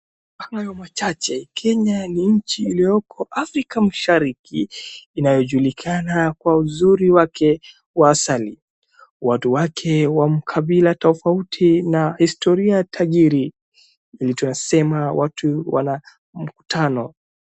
Kwa hayo machache Kenya ni nchi ilioko Africa mashariki inayojulikana kwa uzuri wake wa asali. Watu wake wa mkabila tofauti na historia tajiri. Vile tunasema watu wana mkutano.